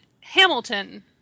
Hamilton